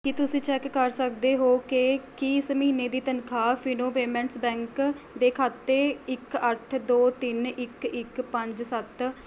ਕੀ ਤੁਸੀਂ ਚੈੱਕ ਕਰ ਸਕਦੇ ਹੋ ਕਿ ਕੀ ਇਸ ਮਹੀਨੇ ਦੀ ਤਨਖਾਹ ਫਿਨੋ ਪੇਮੈਂਟਸ ਬੈਂਕ ਦੇ ਖਾਤੇ ਇੱਕ ਅੱਠ ਦੋ ਤਿੰਨ ਇੱਕ ਇੱਕ ਪੰਜ ਸੱਤ